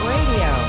Radio